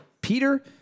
Peter